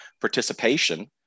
participation